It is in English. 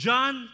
John